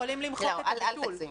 לא, אל תגזים.